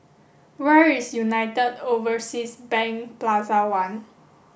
where is United Overseas Bank Plaza One